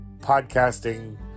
podcasting